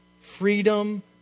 freedom